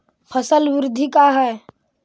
फसल वृद्धि का है?